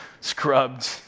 scrubbed